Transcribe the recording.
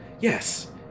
Yes